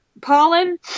Pollen